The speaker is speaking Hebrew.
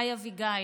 היי, אביגיל,